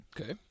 Okay